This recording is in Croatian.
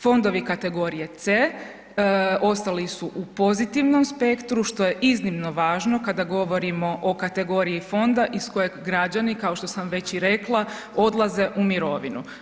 Fondovi kategorije C ostali su u pozitivnom spektru, što je iznimno važno kada govorimo o kategoriji fonda iz kojeg građani, kao što sam već i rekla, odlaze u mirovinu.